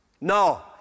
No